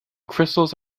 crystals